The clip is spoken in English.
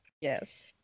Yes